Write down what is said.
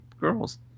girls